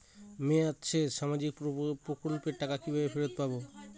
মেয়াদ শেষে সামাজিক প্রকল্পের টাকা কিভাবে ফেরত পাবো?